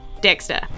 Dexter